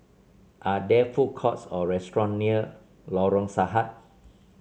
are there food courts or restaurant near Lorong Sarhad